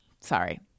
sorry